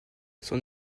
son